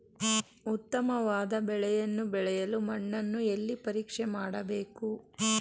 ಉತ್ತಮವಾದ ಬೆಳೆಯನ್ನು ಬೆಳೆಯಲು ಮಣ್ಣನ್ನು ಎಲ್ಲಿ ಪರೀಕ್ಷೆ ಮಾಡಬೇಕು?